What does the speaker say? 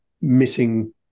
missing